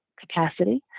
capacity